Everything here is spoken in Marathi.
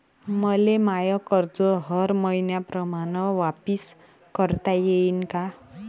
मले माय कर्ज हर मईन्याप्रमाणं वापिस करता येईन का?